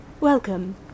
Welcome